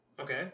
Okay